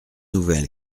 nouvelles